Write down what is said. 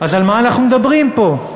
אז על מה אנחנו מדברים פה?